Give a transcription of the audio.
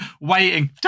waiting